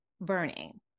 burning